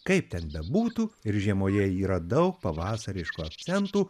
kaip ten bebūtų ir žiemoje yra daug pavasariškų akcentų